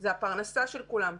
זו הפרנסה של כולם,